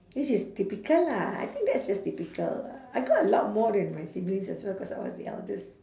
this is typical lah I think that's just typical I got a lot more than my siblings as well cause I was the eldest